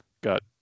got